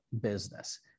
business